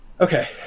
Okay